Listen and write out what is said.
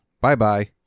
Bye-bye